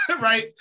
right